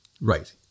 Right